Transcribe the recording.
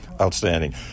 Outstanding